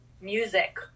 music